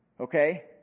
Okay